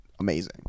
Amazing